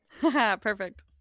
Perfect